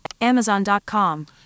Amazon.com